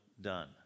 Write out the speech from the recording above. done